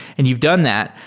and you've done that.